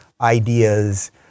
ideas